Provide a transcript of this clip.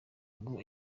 ngo